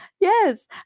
Yes